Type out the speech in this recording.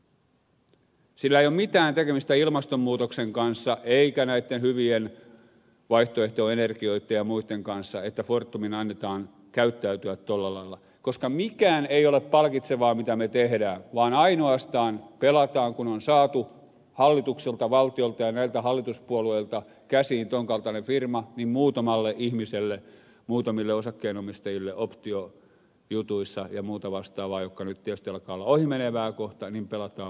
sillä ei ole mitään tekemistä ilmastonmuutoksen kanssa eikä näitten hyvien vaihtoehtoenergioitten ja muitten kanssa että fortumin annetaan käyttäytyä tuolla lailla koska mikään ei ole palkitsevaa mitä me teemme vaan ainoastaan pelataan kun on saatu hallitukselta valtiolta ja näiltä hallituspuolueilta käsiin tuon kaltainen firma muutamalle ihmiselle muutamille osakkeenomistajille optiojutuissa ja muuta vastaavaa jotka nyt tietysti alkavat olla ohimenevää kohta pelataan vaan rahaa